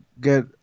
get